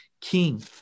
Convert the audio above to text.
king